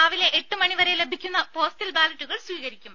രാവിലെ എട്ടുമണിവരെ ലഭിക്കുന്ന പോസ്റ്റൽ ബാലറ്റുകൾ സ്വീകരിക്കും